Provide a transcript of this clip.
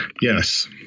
Yes